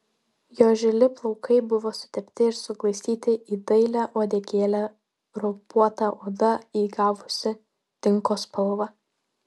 jo žili plaukai buvo sutepti ir suglaistyti į dailią uodegėlę raupuota oda įgavusi tinko spalvą